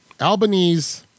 Albanese